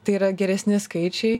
tai yra geresni skaičiai